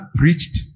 preached